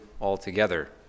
altogether